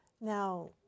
Now